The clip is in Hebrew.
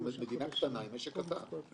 הרי אנחנו מדינה קטנה עם משק קטן.